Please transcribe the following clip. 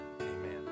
amen